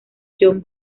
john